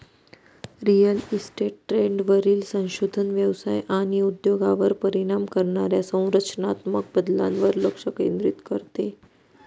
real estate ट्रेंडवरील संशोधन व्यवसाय आणि उद्योगावर परिणाम करणाऱ्या संरचनात्मक बदलांवर लक्ष केंद्रित करते